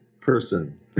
person